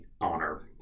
honor